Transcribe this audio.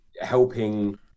helping